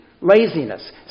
Laziness